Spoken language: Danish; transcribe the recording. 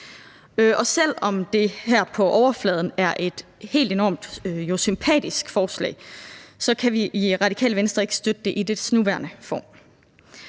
selv om det på overfladen jo er et helt enormt sympatisk forslag, kan vi i Radikale Venstre ikke støtte det i dets nuværende form.